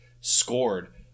scored